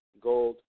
gold